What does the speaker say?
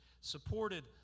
supported